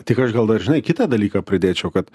tik aš gal dar žinai kitą dalyką pridėčiau kad